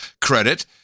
credit